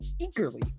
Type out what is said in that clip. eagerly